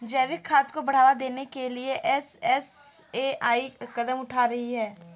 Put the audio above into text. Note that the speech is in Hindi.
जैविक खाद को बढ़ावा देने के लिए एफ.एस.एस.ए.आई कदम उठा रही है